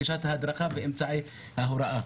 גישת ההדרכה ואמצעי ההוראה.